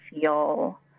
feel